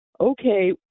okay